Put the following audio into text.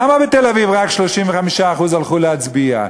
למה בתל-אביב רק 35% הלכו להצביע?